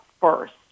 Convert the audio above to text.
first